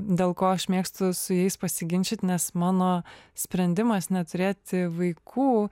dėl ko aš mėgstu su jais pasiginčyt nes mano sprendimas neturėti vaikų